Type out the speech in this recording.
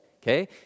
Okay